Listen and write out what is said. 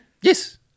Yes